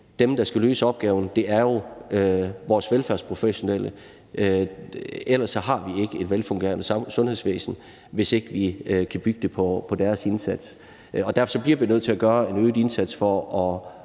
dem, der skal løse opgaverne, vores velfærdsprofessionelle, har vi ikke et velfungerende sundhedsvæsen. Derfor bliver vi nødt til at gøre en øget indsats for at